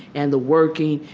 and the working,